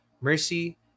mercy